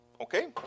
Okay